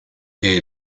que